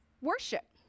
worship